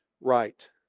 right